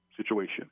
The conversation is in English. situation